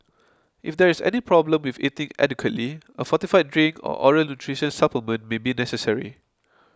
if there is any problem with eating adequately a fortified drink or oral nutrition supplement may be necessary